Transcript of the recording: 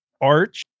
Arch